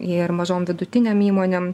ir mažom vidutinėm įmonėms